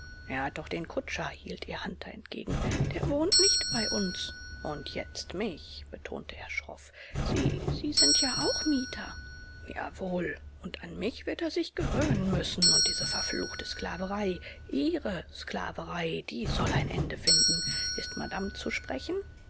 er hat doch den kutscher hielt ihr hunter entgegen der wohnt nicht bei uns und jetzt mich betonte er schroff sie sie sind ja auch mieter jawohl und an mich wird er sich gewöhnen müssen und diese verfluchte sklaverei ihre sklaverei die soll ein ende finden ist madame zu sprechen